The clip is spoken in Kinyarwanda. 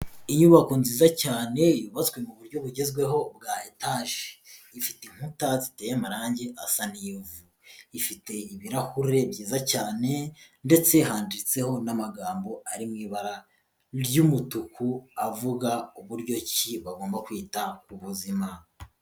Inyubako nziza cyane yubatswe mu buryo bugezweho bwa etaje, ifite inkuta ziteye amarangi asa n'ivu, ifite ibirahure byiza cyane ndetse handitseho n'amagambo ari mu ibara ry'umutuku avuga uburyo ki bagomba kwita ku buzima.